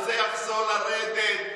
וזה יחזור לרדת,